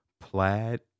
plaid